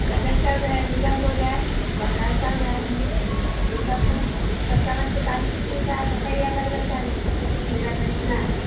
रजत चावल हे भोग है है के दाल कितने का है बताइए अलग अलग ढंग से मेरा खरीदना है